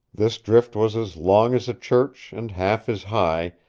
this drift was as long as a church and half as high,